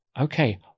okay